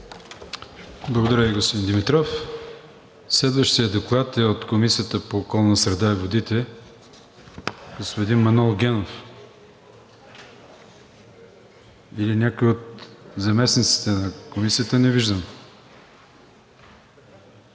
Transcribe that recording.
Благодаря Ви, господин Димитров. Следващият доклад е от Комисията по околната среда и водите. Господин Манол Генов или някой от заместниците на Комисията? Не виждам.